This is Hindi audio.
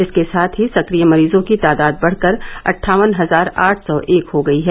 इसके साथ ही सक्रिय मरीजों की तादाद बढ़कर अट्ठावन हजार आठ सौ एक हो गयी है